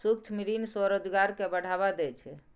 सूक्ष्म ऋण स्वरोजगार कें बढ़ावा दै छै